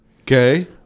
Okay